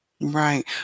Right